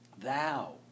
Thou